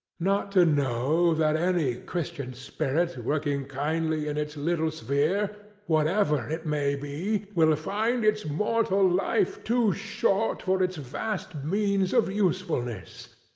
not to know that any christian spirit working kindly in its little sphere, whatever it may be, will find its mortal life too short for its vast means of usefulness.